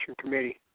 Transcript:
committee